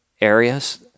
areas